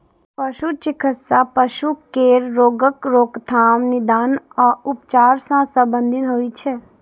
पशु चिकित्सा पशु केर रोगक रोकथाम, निदान आ उपचार सं संबंधित होइ छै